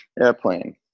airplane